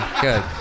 Good